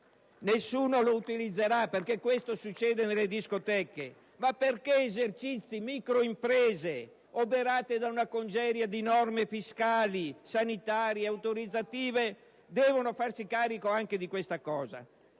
Nessuno lo utilizzerà, perché questo succede nelle discoteche. Ma perché esercizi, microimprese, oberate da una congerie di norme fiscali, sanitarie e autorizzative devono farsi carico anche di questo?